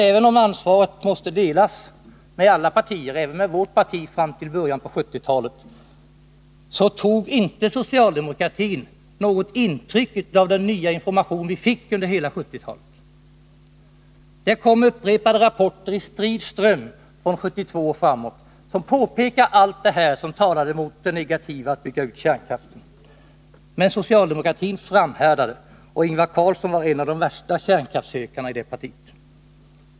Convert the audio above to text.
Även om ansvaret måste delas med alla partier — även med vårt parti fram till början av 1970-talet — tog socialdemokratin inte något intryck av den nya information som vi fick under hela 1970-talet. Det kom upprepade rapporter i strid ström från 1972 och framåt, som påpekade allt det negativa i att bygga ut kärnkraften. Men socialdemokratin framhärdade. Ingvar Carlsson var en av de värsta kärnkraftshökarna i det partiet.